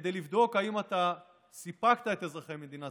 וכדי לבדוק אם אתה סיפקת את אזרחי מדינת